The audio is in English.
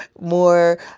more